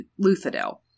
Luthadel